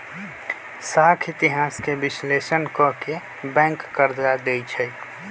साख इतिहास के विश्लेषण क के बैंक कर्जा देँई छै